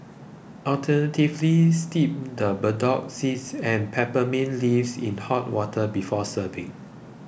alternatively steep the burdock seeds and peppermint leaves in hot water before serving